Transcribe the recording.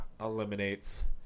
eliminates